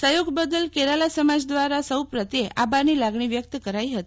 સહયોગ બદલ કેરાલા સમાજ દ્વારા સૌ પ્રત્યે આભારની લાગણી વ્યક્ત કરાઈ હતી